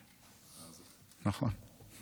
נכון.